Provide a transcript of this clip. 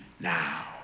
now